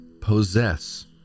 possess